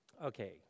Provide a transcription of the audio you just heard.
Okay